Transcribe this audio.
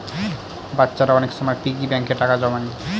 বাচ্চারা অনেক সময় পিগি ব্যাঙ্কে টাকা জমায়